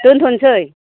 दोनथ'सै